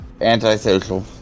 Antisocial